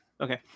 Okay